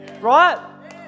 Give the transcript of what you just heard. right